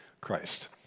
Christ